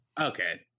Okay